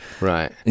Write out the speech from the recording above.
Right